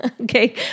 okay